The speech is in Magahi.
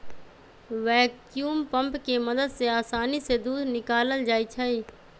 वैक्यूम पंप के मदद से आसानी से दूध निकाकलल जाइ छै